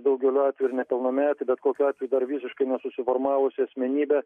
daugeliu atvejų nepilnametį bet kokiu atveju dar visiškai nesusiformavusi asmenybė